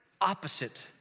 opposite